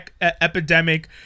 epidemic